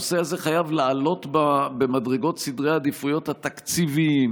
הנושא הזה חייב לעלות במדרגות סדרי העדיפויות התקציביים